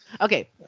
Okay